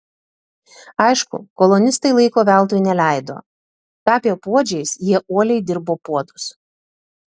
aišku kolonistai laiko veltui neleido tapę puodžiais jie uoliai dirbo puodus